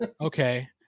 okay